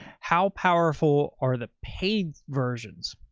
how powerful are the paid versions?